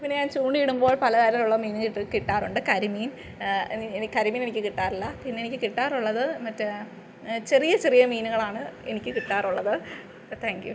പിന്നെ ഞാൻ ചൂണ്ടയിടുമ്പോൾ പലതരം ഉള്ള മീന് ഇത് കിട്ടാറുണ്ട് കരിമീൻ കരിമീൻ എനിക്ക് കിട്ടാറില്ല പിന്നെ എനിക്ക് കിട്ടാറുള്ളത് മറ്റേ ചെറിയ ചെറിയ മീനുകളാണ് എനിക്ക് കിട്ടാറുള്ളത് താങ്ക് യു